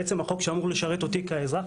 בעצם החוק שאמור לשרת אותי כאזרח.